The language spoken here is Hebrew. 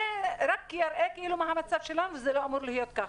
זה רק מראה מה המצב שלנו, וזה לא אמור להיות ככה.